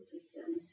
system